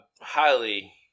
highly